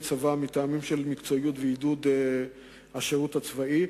צבא מטעמים של מקצועיות ועידוד השירות הצבאי.